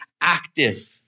active